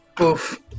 Oof